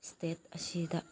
state ꯑꯁꯤꯗ